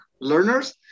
learners